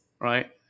right